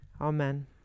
Amen